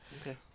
Okay